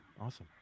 Awesome